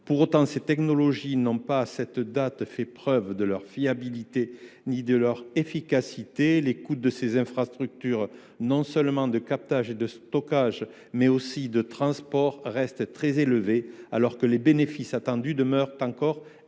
Pour autant, ces technologies n’ont à cette date fait la preuve ni de leur fiabilité ni de leur efficacité. Les coûts de ces infrastructures, non seulement de captage et de stockage, mais aussi de transport, restent très élevés, alors que les bénéfices attendus demeurent incertains, ces